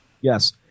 Yes